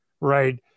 Right